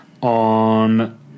on